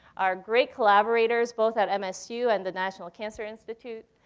our great collaborators both at msu and the national cancer institute,